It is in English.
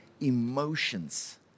emotions